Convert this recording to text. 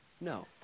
no